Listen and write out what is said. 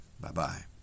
Bye-bye